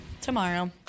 Tomorrow